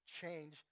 change